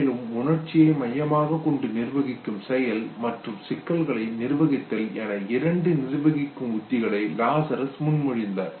மேலும் உணர்ச்சியை மையமாகக் கொண்டு நிர்வகிக்கும் செயல் மற்றும் சிக்கல்களை நிர்வகித்தல் என இரண்டு நிர்வகிக்கும் உத்திகளை லாசரஸ் முன்மொழிந்தார்